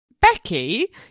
Becky